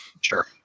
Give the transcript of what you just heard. Sure